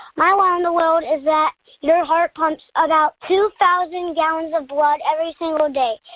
my wow in the world is that your heart pumps about two thousand gallons of blood every single day.